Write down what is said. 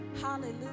Hallelujah